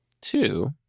two